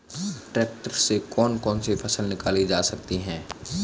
Tractor से कौन कौनसी फसल निकाली जा सकती हैं?